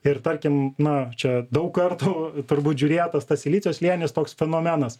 ir tarkim na čia daug kartų turbūt žiūrėtas tas silicio slėnis toks fenomenas